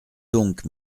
donc